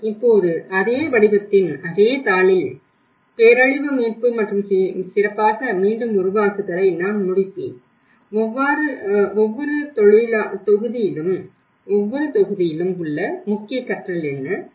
ஆனால் இப்போது அதே வடிவத்தின் அதே தாளில் பேரழிவு மீட்பு மற்றும் சிறப்பாக மீண்டும் உருவாக்குதலை நான் முடிப்பேன் ஒவ்வொரு தொகுதியிலும் உள்ள முக்கிய கற்றல் என்ன